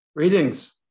Greetings